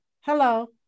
hello